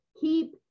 keep